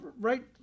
right